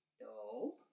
No